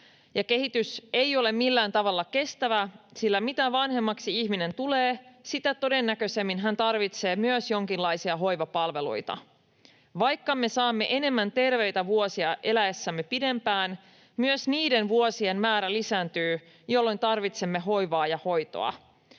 Kehitys ei ole millään tavalla kestävä, sillä mitä vanhemmaksi ihminen tulee, sitä todennäköisemmin hän tarvitsee myös jonkinlaisia hoivapalveluita. Vaikka me saamme enemmän terveitä vuosia eläessämme pidempään, myös niiden vuosien määrä lisääntyy, jolloin tarvitsemme hoivaa ja hoitoa.